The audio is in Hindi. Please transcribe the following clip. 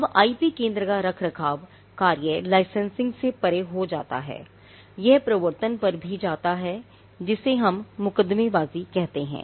अब आईपी केंद्र का रखरखाव कार्य लाइसेंसिंग से परे हो जाता है यह प्रवर्तन पर भी जाता है जिसे हम मुकदमेबाजी कहते हैं